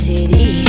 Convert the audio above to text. City